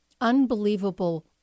unbelievable